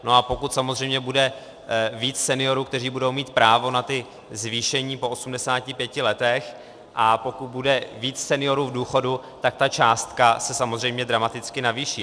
A pokud samozřejmě bude více seniorů, kteří budou mít právo na ta zvýšení po osmdesáti pěti letech a pokud bude více seniorů v důchodu, tak se ta částka samozřejmě dramaticky navýší.